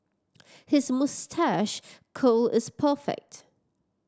his moustache curl is perfect